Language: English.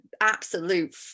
absolute